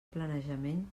planejament